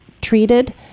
treated